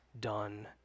done